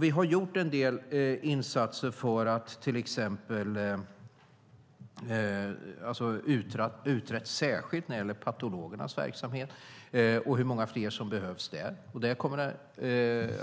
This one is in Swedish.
Vi har gjort en del insatser; bland annat har vi särskilt utrett patologernas verksamhet och hur många fler som behövs där. Det kommer